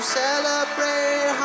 celebrate